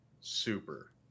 super